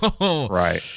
Right